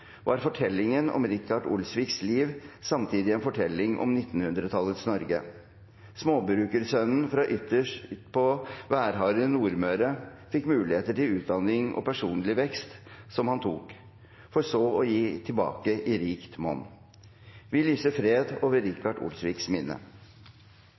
var fortellingen om Rikard Olsviks liv samtidig en fortelling om 1900-tallets Norge. Småbrukersønnen fra ytterst på værharde Nordmøre fikk muligheter til utdanning og personlig vekst, som han tok – for så å gi tilbake i rikt monn. Vi lyser fred over